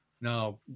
Now